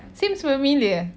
seems familiar